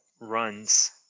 runs